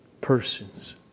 persons